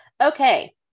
okay